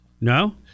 No